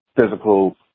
physical